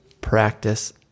practice